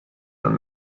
dann